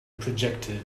projected